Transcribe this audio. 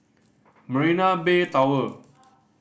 Marina Bay Tower